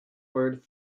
word